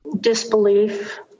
Disbelief